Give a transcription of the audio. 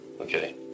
Okay